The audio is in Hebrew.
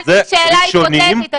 שאלתי שאלה היפותטית,